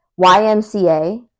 ymca